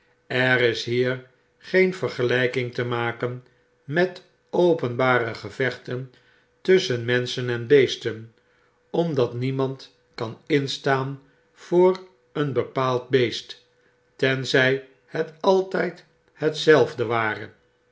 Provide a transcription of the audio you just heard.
er is hier geen vergelyking te makenmetopenbaregevechtentusschen menschen en beesten omdat niemand kan instaan voor een bepaald beest tenzij het altyd hetzelfde ware